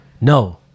No